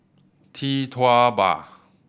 Tee Tua Ba